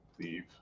leave